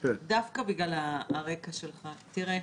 תראה,